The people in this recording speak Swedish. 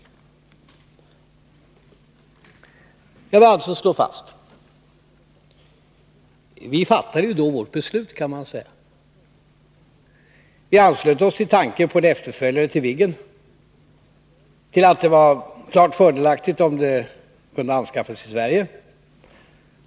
Detta slog vi alltså fast. Vi fattade då vårt beslut, kan man säga. Vi anslöt oss till tanken på en efterföljare till Viggen och till att det var klart fördelaktigt om planet kunde anskaffas i Sverige.